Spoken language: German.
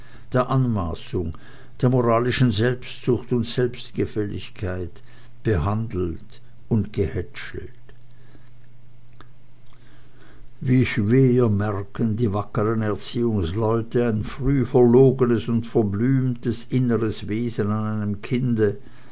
der anmaßung der moralischen selbstsucht und selbstgefälligkeit behandelt und gehätschelt wie schwer merken die wackern erziehungsleute ein früh verlogenes und verblümtes inneres wesen an einem kinde